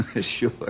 Sure